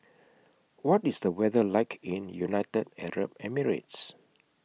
What IS The weather like in United Arab Emirates